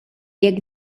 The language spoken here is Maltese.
jekk